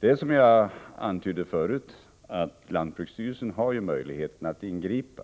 Det är, som jag antydde förut, så att lantbruksstyrelsen har möjligheter att ingripa.